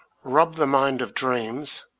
rob the mind of dreams,